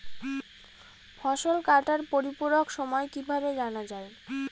ফসল কাটার পরিপূরক সময় কিভাবে জানা যায়?